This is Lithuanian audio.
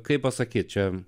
kaip pasakėčią